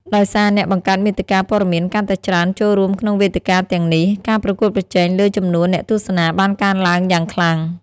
ដោយសារអ្នកបង្កើតមាតិកាព័ត៌មានកាន់តែច្រើនចូលរួមក្នុងវេទិកាទាំងនេះ ការប្រកួតប្រជែងលើចំនួនអ្នកទស្សនាបានកើនឡើងយ៉ាងខ្លាំង។